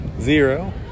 zero